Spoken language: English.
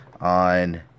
on